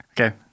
Okay